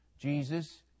Jesus